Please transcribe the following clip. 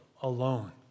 alone